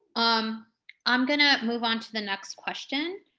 um i'm gonna move on to the next question.